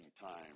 time